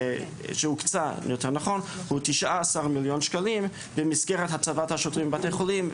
שהוקצה הוא 19 מיליון שקל במסגרת הצבת השוטרים בבתי החולים,